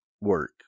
work